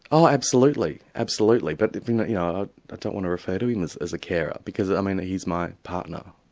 oh absolutely absolutely but you know i yeah ah but don't want to refer to him as as a carer because um and he's my partner,